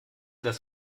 das